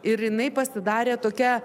ir jinai pasidarė tokia